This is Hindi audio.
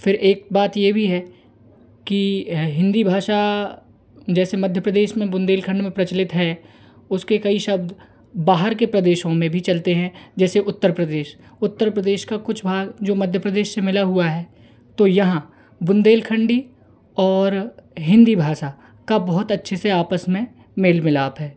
फिर एक बात ये भी है की यह हिंदी भाषा जैसे मध्यप्रदेस बुन्देलखंड में प्रचलित है उसके कई शब्द बाहर के प्रदेशो में भी चलते हैं जैसे उत्तर प्रदेश उत्तर प्रदेश का कुछ भाग जो मध्यप्रदेश से मिला हुआ है तो यहाँ बुन्देलखंडी और हिंदी भाषा का बहुत अच्छे से आपस में मेल मिलाप है